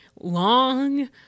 long